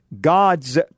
God's